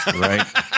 Right